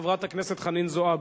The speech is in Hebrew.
חברת הכנסת חנין זועבי.